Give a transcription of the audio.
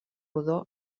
rodó